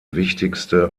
wichtigste